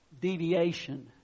deviation